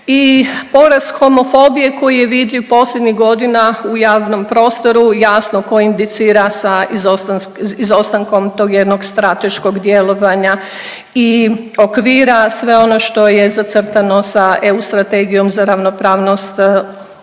i porast homofobije koji je vidljiv posljednjih godina u javnom prostoru jasno koindicira sa izostankom tog jednog strateškog djelovanja i okvira, sve ono što je zacrtano sa EU strategijom za ravnopravnost '20.